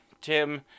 Tim